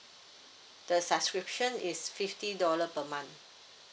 the subscription is fifty dollar per month